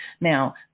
Now